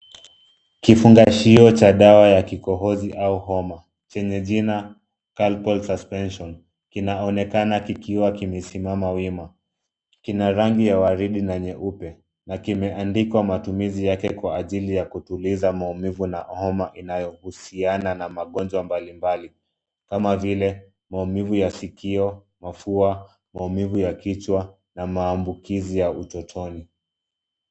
Kifungashio cha dawa ya kikohozi au homa chenye jina Calpol suspension , kinaonekana kikiwa kimesimama wima, kina rangi ya waridi na nyeupe, na kimeandikwa matumizi yake kwa ajili ya kutuliza maumivu na homa inayohusiana na magonjwa mbalimbali kama vile maumivu ya sikio, mafua, maumivu ya kichwa na maambukizi ya utotoni.